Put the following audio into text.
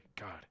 God